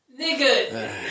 nigga